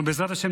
בעזרת השם,